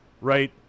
right